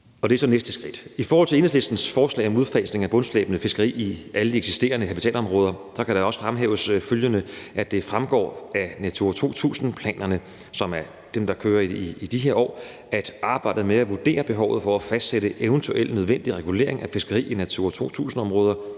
I forhold til Enhedslistens forslag om udfasning af bundslæbende fiskeri i alle de eksisterende habitatområder kan det følgende også fremhæves, nemlig at det fremgår af Natura 2000-planerne, som er dem, der kører i de her år, at arbejdet med at vurdere behovet for at fastsætte eventuel nødvendig regulering af fiskeri i Natura 2000-områder